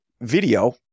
video